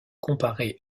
comparer